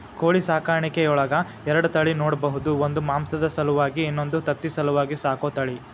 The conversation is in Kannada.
ಕೋಳಿ ಸಾಕಾಣಿಕೆಯೊಳಗ ಎರಡ ತಳಿ ನೋಡ್ಬಹುದು ಒಂದು ಮಾಂಸದ ಸಲುವಾಗಿ ಇನ್ನೊಂದು ತತ್ತಿ ಸಲುವಾಗಿ ಸಾಕೋ ತಳಿ